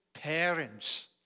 parents